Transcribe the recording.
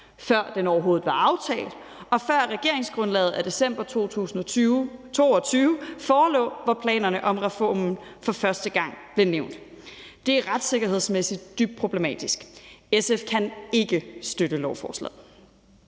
før den overhovedet var aftalt, og før regeringsgrundlaget af december 2022, hvor planerne om reformen for første gang blev nævnt, forelå. Det er retssikkerhedsmæssigt dybt problematisk. SF kan ikke støtte lovforslaget.